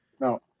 No